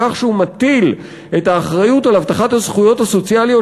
בכך שהוא מטיל את האחריות להבטחת הזכויות הסוציאליות